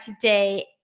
today